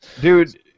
Dude